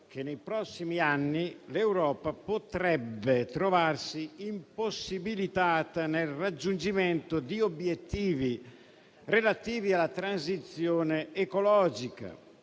che nei prossimi anni l'Europa potrebbe trovarsi impossibilitata nel raggiungimento di obiettivi relativi alla transizione ecologica